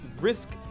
risk